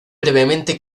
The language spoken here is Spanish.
brevemente